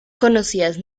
conocidas